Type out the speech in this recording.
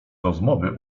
rozmowy